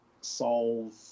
solve